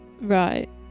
Right